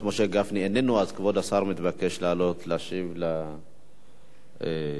אז כבוד השר מתבקש לעלות להשיב על ההצעה לסדר-היום.